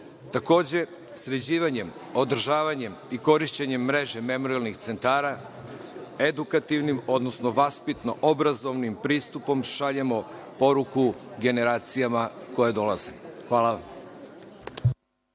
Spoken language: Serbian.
fašizma. Takođe, sređivanjem, održavanjem i korišćenjem mreže memorijalnih centara, edukativnim, odnosno vaspitno-obrazovnim pristupom šaljemo poruku generacijama koje dolaze. Hvala vam.